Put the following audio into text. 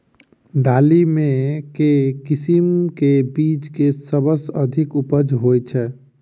दालि मे केँ किसिम केँ बीज केँ सबसँ अधिक उपज होए छै?